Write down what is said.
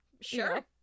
sure